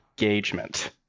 engagement